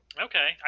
Okay